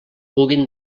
puguin